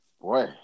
boy